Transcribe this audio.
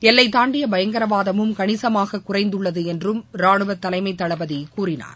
எல்லை தாண்டிய பயங்கரவாதமும் கணிசமாக குறைந்துள்ளது என்றும் ரானுவ தலைமைத் தளபதி கூறினார்